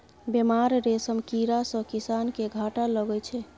बेमार रेशम कीड़ा सँ किसान केँ घाटा लगै छै